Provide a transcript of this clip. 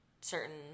certain